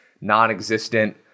non-existent